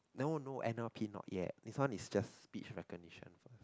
no no N_L_P not yet this one is just speech recognition